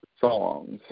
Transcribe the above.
songs